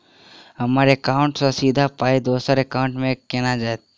हम्मर एकाउन्ट सँ सीधा पाई दोसर एकाउंट मे केना जेतय?